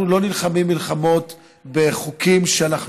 אנחנו לא נלחמים מלחמות בחוקים שאנחנו